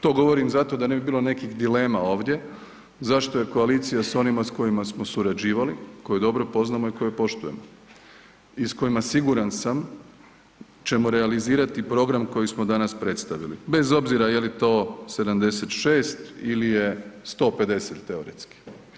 To govorim zato da ne bi bilo nekih dilema ovdje zašto je koalicija s onima s kojima smo surađivali, koje dobro poznajemo i koje poštujemo i s kojima siguran sam ćemo realizirati program koji smo danas predstavili, bez obzira je li to 76 ili je 150 teoretski.